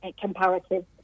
comparative